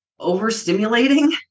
Overstimulating